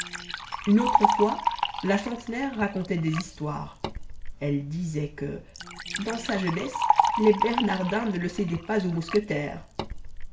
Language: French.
une autre fois la centenaire racontait des histoires elle disait que dans sa jeunesse les bernardins ne le cédaient pas aux mousquetaires